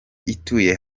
ituye